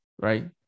right